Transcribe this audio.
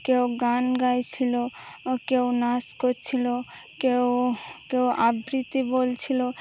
কেউ গান গাইছিলো কেউ নাছ করছিল কেউ কেউ আবৃত্তি বলছিলো